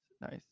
Nice